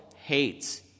hates